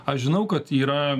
aš žinau kad yra